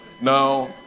Now